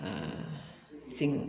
ꯆꯤꯡ